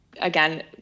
again